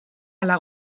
ala